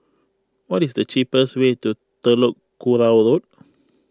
what is the cheapest way to Telok Kurau Road